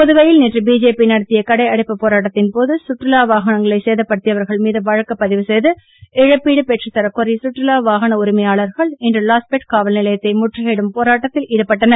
புதுவையில் நேற்று பிஜேபி நடத்திய கடையடைப்பு போராட்டத்தின் போது சுற்றுலா வாகனங்களை சேதப்படுத்தியவர்கள் மீது வழக்கு பதிவு செய்து இழப்பீடு பெற்று தரக் கோரி சுற்றுலா வாகன உரிமையாளர்கள் இன்று லாஸ்பேட் காவல்நிலையத்தை முற்றுகையிடும் போராட்டத்தில் ஈடுபட்டனர்